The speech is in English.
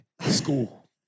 school